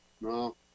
No